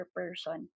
person